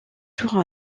jours